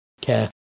care